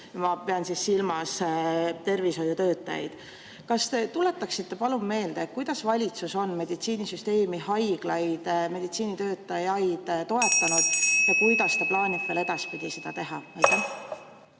Ma pean silmas tervishoiutöötajaid. Kas te tuletaksite palun meelde, kuidas valitsus on meditsiinisüsteemi, haiglaid, meditsiinitöötajaid toetanud ja kuidas ta plaanib veel edaspidi seda teha? Aitäh!